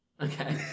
Okay